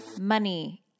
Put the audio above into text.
money